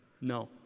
No